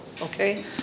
Okay